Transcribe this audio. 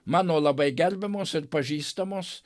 mano labai gerbiamos ir pažįstamos